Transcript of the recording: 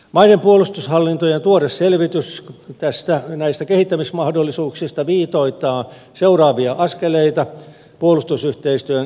maiden puolustushallintojen tuore selvitys näistä kehittämismahdollisuuksista viitoittaa seuraavia askeleita puolustusyhteistyön jatkokehitykselle